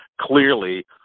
clearly